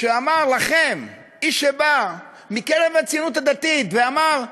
אמר לכם, איש שבא מקרב הציונות הדתית אמר: